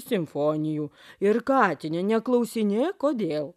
simfonijų ir katine neklausinėk kodėl